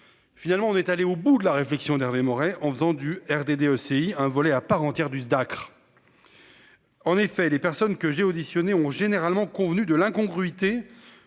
Finalement on est allé au bout de la réflexion d'Hervé Maurey en faisant du REDD aussi un volet à part entière du Dacr. En effet, les personnes que j'ai auditionnés ont généralement convenu de l'incongruité